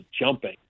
jumping